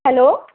hello